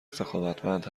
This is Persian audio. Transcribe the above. سخاوتمند